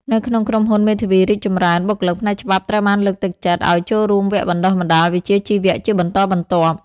នៅក្នុងក្រុមហ៊ុនមេធាវីរីកចម្រើន បុគ្គលិកផ្នែកច្បាប់ត្រូវបានលើកទឹកចិត្តឱ្យចូលរួមវគ្គបណ្តុះបណ្តាលវិជ្ជាជីវៈជាបន្តបន្ទាប់។